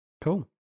Cool